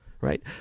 right